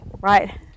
right